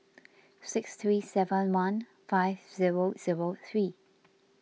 six three seven one five zero zero three